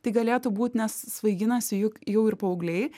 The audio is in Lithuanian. tai galėtų būt nes svaiginasi juk jau ir paaugliai